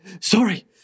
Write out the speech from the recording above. sorry